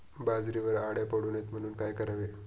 बाजरीवर अळ्या पडू नये म्हणून काय करावे?